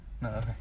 No